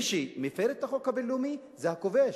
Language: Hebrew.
מי שמפר את החוק הבין-לאומי הוא הכובש,